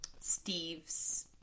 Steve's